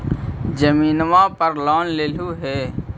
जमीनवा पर लोन लेलहु हे?